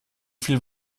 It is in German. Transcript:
viel